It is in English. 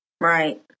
Right